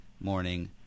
morning